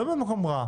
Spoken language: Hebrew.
כל ההארכות האלה,